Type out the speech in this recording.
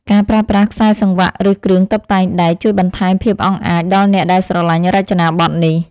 ការប្រើប្រាស់ខ្សែសង្វាក់ ឬគ្រឿងតុបតែងដែក ជួយបន្ថែមភាពអង់អាចដល់អ្នកដែលស្រឡាញ់រចនាប័ទ្មនេះ។